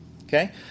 Okay